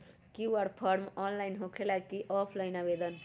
QR form online होकेला कि offline आवेदन?